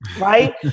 right